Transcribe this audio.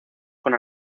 con